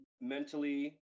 Mentally